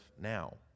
now